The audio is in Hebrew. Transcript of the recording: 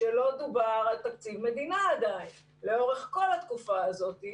שלא דובר על תקציב מדינה עדיין לאורך כל התקופה הזאת.